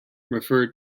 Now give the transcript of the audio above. referred